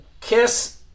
KISS